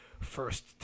first